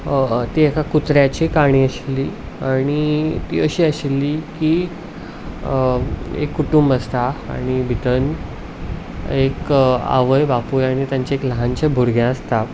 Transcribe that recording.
ती एका कुत्र्याची काणी आशिल्ली आणी ती अशी आशिल्ली की एक कुटुंब आसता आनी एक आवय बापूय आणी तांचे एक ल्हानशें भुरगें आसता